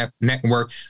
network